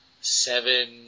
seven